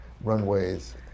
runways